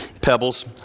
pebbles